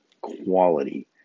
quality